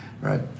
Right